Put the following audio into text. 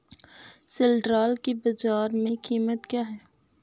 सिल्ड्राल की बाजार में कीमत क्या है?